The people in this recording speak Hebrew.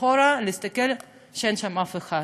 אחורה להסתכל שאין שם אף אחד.